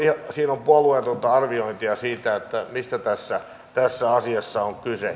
siinä on puolueetonta arviointia siitä mistä tässä asiassa on kyse